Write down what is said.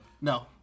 No